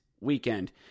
weekend